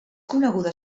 coneguda